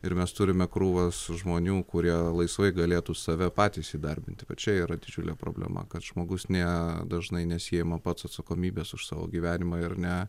ir mes turime krūvas žmonių kurie laisvai galėtų save patys įdarbinti bet čia yra didžiulė problema kad žmogus ne dažnai nesiima pats atsakomybės už savo gyvenimą ir ne